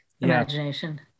imagination